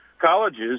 colleges